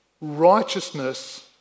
righteousness